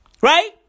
Right